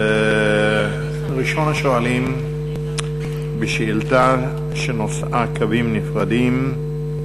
וראשון השואלים בשאילתה שנושאה: קווי אוטובוס נפרדים לפלסטינים,